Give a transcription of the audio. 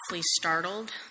startled